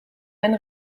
ein